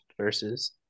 versus